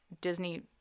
Disney